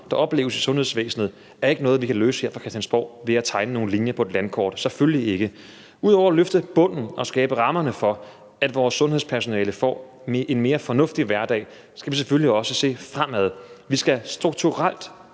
der opleves i sundhedsvæsenet, er ikke noget, vi kan afhjælpe her på Christiansborg ved at tegne nogle linjer på et landkort – selvfølgelig ikke. Ud over at løfte bundniveauet og skabe rammerne for, at vores sundhedspersonale får en mere fornuftig hverdag, skal vi selvfølgelig også se fremad. Vi skal forbedre